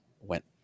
went